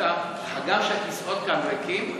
הגם שהכיסאות כאן ריקים,